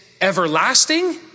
everlasting